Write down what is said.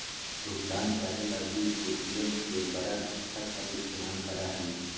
भुगतान करे ला भी पे.टी.एम के बड़ा स्तर पर इस्तेमाल करा हई